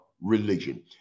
religion